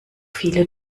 viele